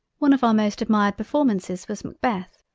one of our most admired performances was macbeth,